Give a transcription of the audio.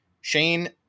Shane